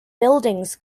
buildings